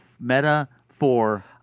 Meta-for